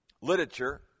literature